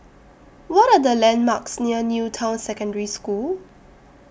What Are The landmarks near New Town Secondary School